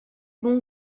bon